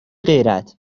غیرت